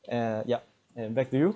uh yup and back to you